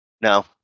No